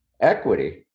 equity